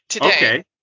Okay